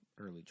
Early